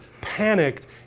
panicked